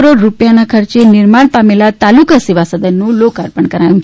કરોડ રૂપિયાના ખર્ચે નિર્માણ પામેલા તાલુકા સેવા સદનનું લોકાર્પણ કરાયું